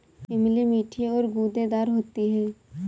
इमली मीठी और गूदेदार होती है